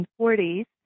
1940s